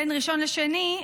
בין ראשון לשני,